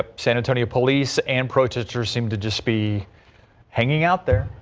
ah san antonio police and protesters seem to just be hanging out there.